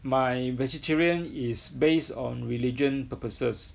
my vegetarian is based on religion purposes